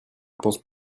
pense